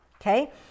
okay